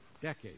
decades